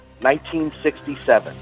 1967